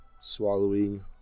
swallowing